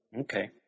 Okay